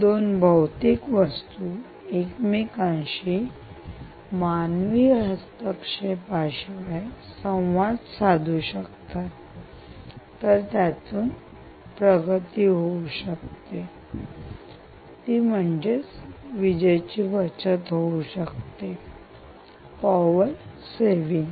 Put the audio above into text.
दोन भौतिक वस्तू एकमेकांशी मानवी हस्तक्षेपाशिवाय संवाद साधू शकतात तर त्यातून खूप प्रगती होऊ शकते म्हणजेच विजेची बचत पावर सेविंग